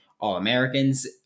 all-Americans